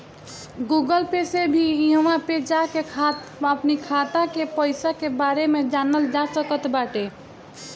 Google Pay से भी इहवा पे जाके अपनी खाता के पईसा के बारे में जानल जा सकट बाटे